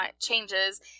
changes